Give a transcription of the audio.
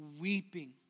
weeping